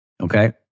okay